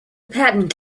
patent